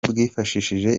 bwifashishije